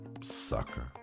sucker